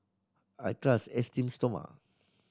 I trust Esteem Stoma